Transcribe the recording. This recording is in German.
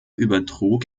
übertrug